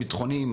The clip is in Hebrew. ביטחוניים,